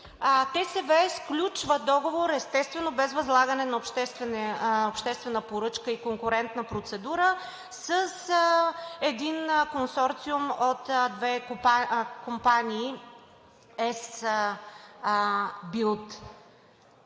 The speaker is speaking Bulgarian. ТСВ сключва договор, естествено, без възлагане на обществена поръчка и конкурентна процедура, с един консорциум от две компании „Ес